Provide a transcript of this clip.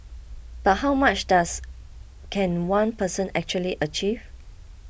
but how much does can one person actually achieve